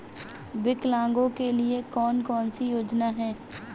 विकलांगों के लिए कौन कौनसी योजना है?